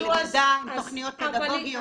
זו למידה עם תוכניות פדגוגיות,